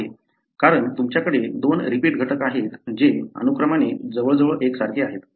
कारण तुमच्याकडे दोन रिपीट घटक आहेत जे अनुक्रमाने जवळजवळ एकसारखे आहेत